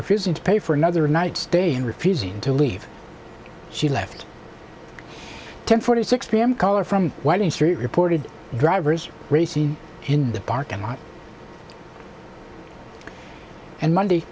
refusing to pay for another night stay and refusing to leave she left ten forty six pm caller from winding street reported drivers racing in the parking lot and monday